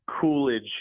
coolidge